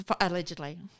Allegedly